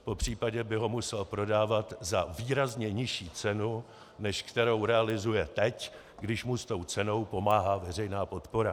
Popřípadě by ho musel prodávat za výrazně nižší cenu, než kterou realizuje teď, když mu s tou cenou pomáhá veřejná podpora.